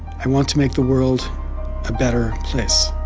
i want to make the world a better place.